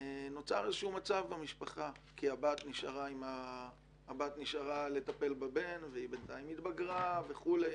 נוצר מצב במשפחה כי הבת נשארה לטפל בבן והיא בינתיים התבגרה וכולי,